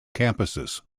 campuses